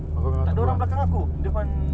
takde orang belakang aku dia pun~